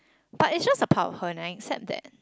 but is just a part of her and I accept that